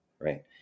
right